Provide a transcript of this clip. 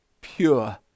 pure